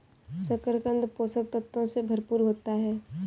शकरकन्द पोषक तत्वों से भरपूर होता है